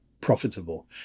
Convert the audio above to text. profitable